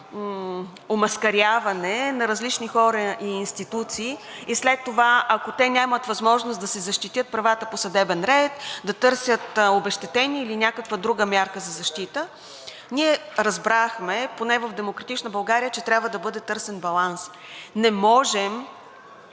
омаскаряване на различни хора и институции, и след това, ако те нямат възможност да си защитят правата по съдебен ред, да търсят обезщетение или някаква друга мярка за защита. Ние разбрахме, поне в „Демократична България“, че трябва да бъде търсен баланс. Не можем,